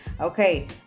Okay